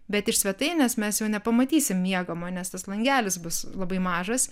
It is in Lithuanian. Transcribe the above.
bet iš svetainės mes jau nepamatysim miegamojo nes tas langelis bus labai mažas